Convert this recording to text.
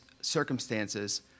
circumstances